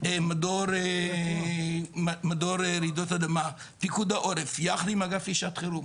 מדור רעידות אדמה יחד עם האגף לשעת החירום